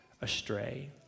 astray